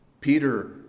Peter